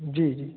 जी जी